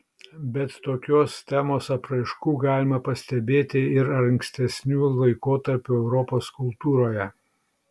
bet tokios temos apraiškų galima pastebėti ir ankstesnių laikotarpių europos kultūroje